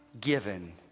given